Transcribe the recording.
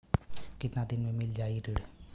कितना दिन में मील जाई ऋण?